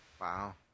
Wow